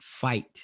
fight